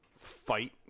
fight